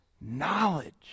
Knowledge